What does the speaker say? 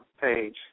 page